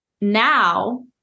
Now